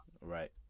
Right